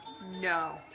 No